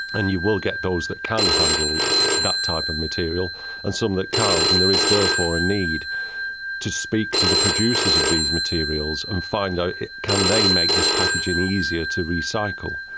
and you will get those that can handle that type of material and some that can't and there is therefore a need to speak to the producers of these materials and find out can they make this packaging easier to recycle.